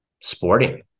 sporting